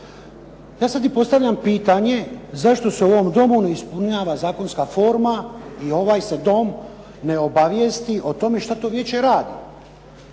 Ja sebi postavljam pitanje zašto se u ovom domu ne ispunjava zakonska forma i ovaj se Dom ne obavijesti što to vijeće radi?